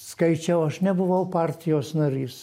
skaičiau aš nebuvau partijos narys